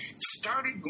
started